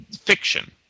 fiction